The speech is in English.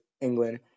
England